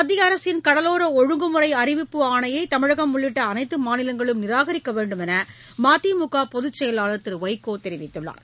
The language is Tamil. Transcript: மத்திய அரசின் கடலோர அழுங்குமுறை அறிவிப்பு ஆணையை தமிழகம் உள்ளிட்ட அனைத்து மாநிலங்களும் நிராகரிக்க வேண்டும் என்று மதிமுக பொதுச் செயலாளர் திரு வைகோ தெரிவித்துள்ளார்